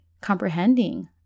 Comprehending